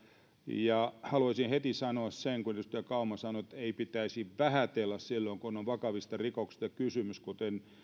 ja haluaisin heti sanoa sen että kun edustaja kauma sanoi että ei pitäisi vähätellä silloin kun on vakavista rikoksista kysymys kuten